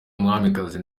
umwamikazi